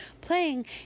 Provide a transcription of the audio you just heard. playing